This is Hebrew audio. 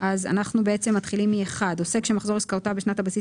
אנחנו מתחילים מ-(1): "עוסק שמחזור עסקאותיו בשנת הבסיס